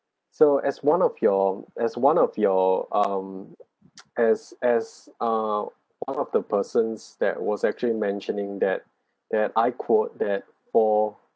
so as one of your as one of your um as as uh one of the persons that was actually mentioning that that I quote that for